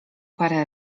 parę